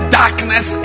darkness